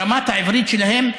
ורמת העברית שלהם,